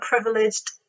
privileged